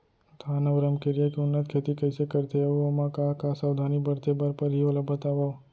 धान अऊ रमकेरिया के उन्नत खेती कइसे करथे अऊ ओमा का का सावधानी बरते बर परहि ओला बतावव?